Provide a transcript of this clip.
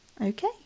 Okay